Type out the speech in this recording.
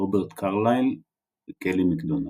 רוברט קרלייל וקלי מקדונלד.